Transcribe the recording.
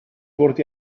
fwrdd